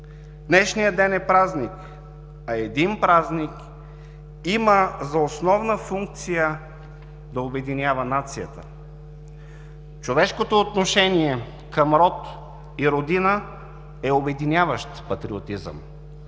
Днешният ден е празник, а един празник има за основна функция да обединява нацията. Човешкото отношение към род и родина е обединяващ патриотизъм